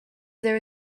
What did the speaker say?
there